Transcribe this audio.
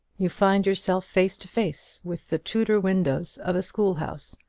you find yourself face to face with the tudor windows of a schoolhouse,